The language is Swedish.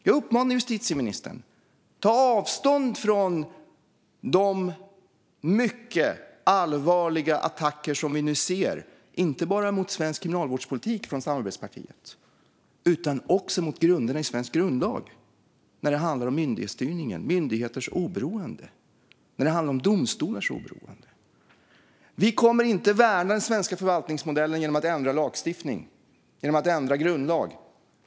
Jag uppmanar justitieministern att ta avstånd från de mycket allvarliga attacker som vi nu ser från samarbetspartiet, inte bara mot svensk kriminalvårdspolitik utan också mot grunderna i svensk grundlag när det handlar om myndighetsstyrning, myndigheters oberoende och domstolars oberoende. Vi kommer inte att värna den svenska förvaltningsmodellen genom att ändra lagstiftning, genom att ändra grundlag.